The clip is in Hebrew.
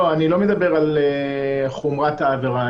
אני לא מדבר על חומרת העבירה,